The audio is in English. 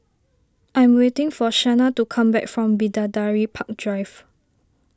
I'm waiting for Shana to come back from Bidadari Park Drive